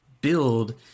build